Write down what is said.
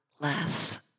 less